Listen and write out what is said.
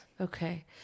Okay